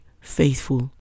faithful